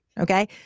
okay